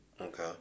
Okay